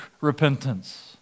Repentance